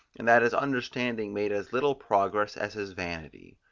and that his understanding made as little progress as his vanity.